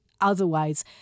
otherwise